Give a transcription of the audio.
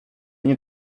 nie